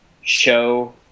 show